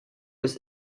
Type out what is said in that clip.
bis